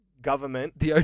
government